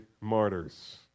martyrs